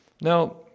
Now